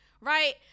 right